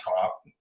top